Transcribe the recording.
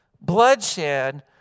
bloodshed